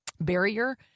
barrier